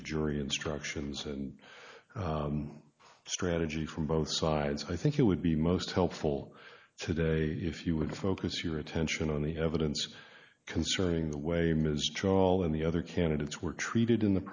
of jury instructions and strategy from both sides i think it would be most helpful today if you would focus your attention only evidence concerning the way ms trawl and the other candidates were treated in the